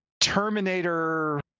Terminator